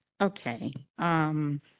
Okay